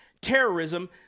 terrorism